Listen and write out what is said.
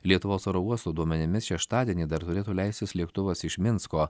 lietuvos oro uosto duomenimis šeštadienį dar turėtų leistis lėktuvas iš minsko